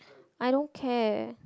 I don't care